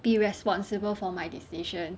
be responsible for my decision